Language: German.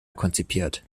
konzipiert